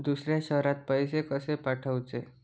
दुसऱ्या शहरात पैसे कसे पाठवूचे?